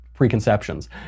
Preconceptions